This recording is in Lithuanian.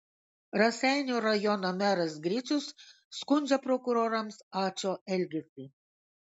raseinių rajono meras gricius skundžia prokurorams ačo elgesį